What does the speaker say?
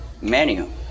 menu